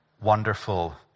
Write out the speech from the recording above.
wonderful